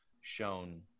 shown